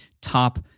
top